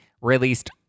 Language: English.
released